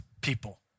people